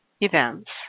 events